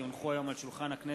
כי הונחו היום על שולחן הכנסת,